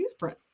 newsprint